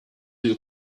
you